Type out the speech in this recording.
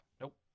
Nope